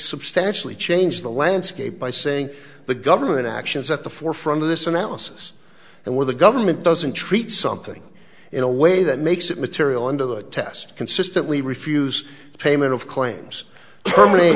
substantially changed the landscape by saying the government actions at the forefront of this analysis and where the government doesn't treat something in a way that makes it material into the test consistently refuse payment of claims